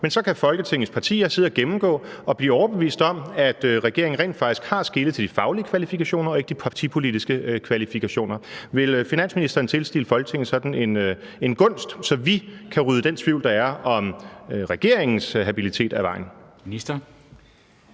Men så kan Folketingets partier sidde og gennemgå dem og blive overbevist om, at regeringen rent faktisk har skelet til de faglige kvalifikationer og ikke de partipolitiske kvalifikationer. Vil finansministeren yde Folketinget sådan en gunst, så vi kan rydde den tvivl, der er om regeringens habilitet, af vejen?